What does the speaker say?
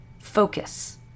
focus